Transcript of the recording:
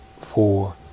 four